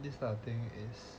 this type of thing is